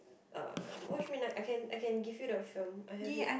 uh watch midnight I can I can give you the film I have it